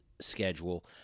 schedule